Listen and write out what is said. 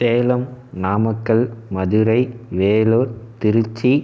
Salem Namakkal Madurai Vellore Trichy